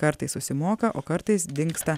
kartais susimoka o kartais dingsta